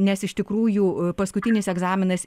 nes iš tikrųjų paskutinis egzaminas